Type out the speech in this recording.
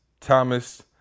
Thomas